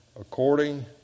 according